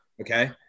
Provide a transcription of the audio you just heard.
Okay